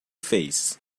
fez